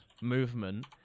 movement